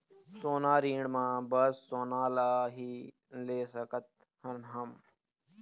सोना ऋण मा बस सोना ला ही ले सकत हन हम?